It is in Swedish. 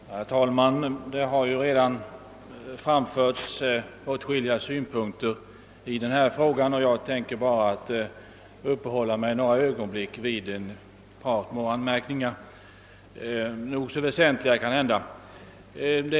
Herr talman! Det har ju redan framförts åtskilliga synpunkter på denna fråga, och jag tänker bara uppehålla mig några ögonblick vid ett par randanmärkningar — nog så väsentliga för all del.